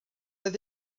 oedd